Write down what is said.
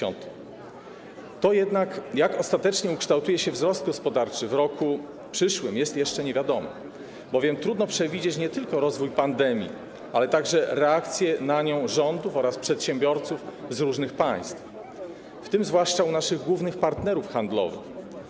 To jednak, jak ostatecznie ukształtuje się wzrost gospodarczy w roku przyszłym, jest jeszcze niewiadome, bowiem trudno przewidzieć nie tylko rozwój pandemii, ale także reakcje na nią rządów oraz przedsiębiorców z różnych państw, w tym zwłaszcza u naszych głównych partnerów handlowych.